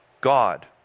God